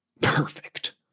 perfect